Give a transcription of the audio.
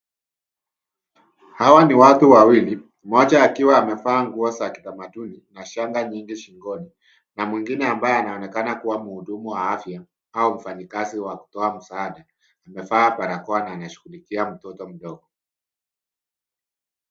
Hawa ni watu wawili, mmoja akiwa amevaa nguo za tamaduni na shanga nyingi shingoni. Na mwingine ambaye anaonekana kuwa muhudumu wa afya, au mfanyikazi wa kutoa msaada. Amevaa barakoa na anashughulikia mtoto mdogo.